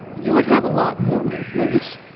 you would have a lot more movement.